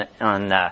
on